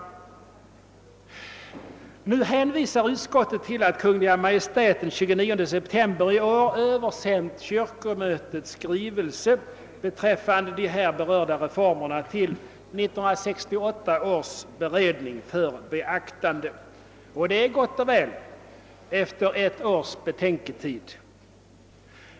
Utskottet hänvisar nu till att Kungl. Maj:t den 29 september i år översänt kyrkomötets skrivelse beträffande de här berörda reformerna till 1968 års beredning om stat och kyrka för be aktande. Det är gott och väl — efter ett års betänketid!